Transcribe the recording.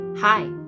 Hi